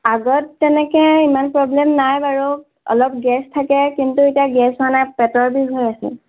আগত তেনেকৈ ইমান প্ৰব্লেম নাই বাৰু অলপ গেছ থাকে কিন্তু এতিয়া গেছ হোৱা নাই পেটৰ বিষ হৈ আছে